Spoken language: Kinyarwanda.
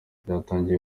batangiye